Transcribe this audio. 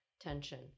tension